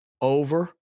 over